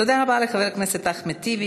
תודה רבה לחבר הכנסת אחמד טיבי.